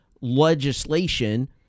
legislation